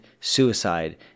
suicide